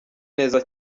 neza